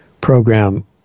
program